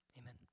Amen